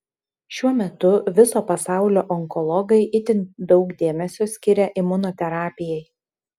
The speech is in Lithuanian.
šiuo metu viso pasaulio onkologai itin daug dėmesio skiria imunoterapijai